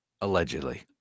Allegedly